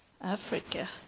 Africa